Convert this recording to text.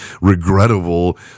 regrettable